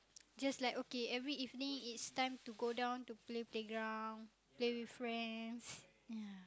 just like okay every evening it's time to go down to play playground play with friends ya